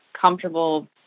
comfortable